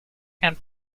and